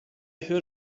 heard